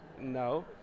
no